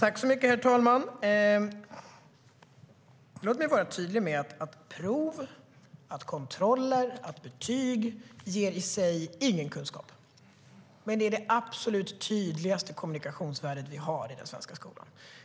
Herr talman! Låt mig vara tydlig med att prov, kontroller och betyg inte ger kunskap i sig. Det är dock det absolut tydligaste kommunikationsvärdet vi har i den svenska skolan.